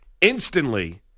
instantly